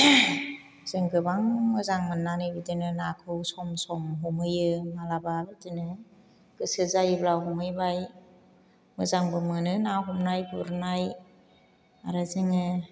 जों गोबां मोजां मोननानै बिदिनो नाखौ सम सम हमहैयो मालाबा बिदिनो गोसो जायोब्ला हमहैबाय मोजांबो मोनो ना हमनाय गुरनाय आरो जोङो